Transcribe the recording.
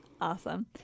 Awesome